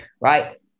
right